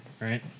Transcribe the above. right